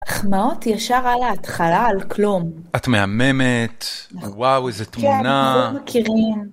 החמאות ישר על ההתחלה, על כלום. את מהממת... וואו, איזה תמונה... כן, אפילו לא מכירים.